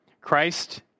Christ